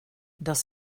das